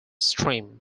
stream